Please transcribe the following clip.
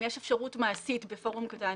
אם יש אפשרות מעשית בפורום קטן.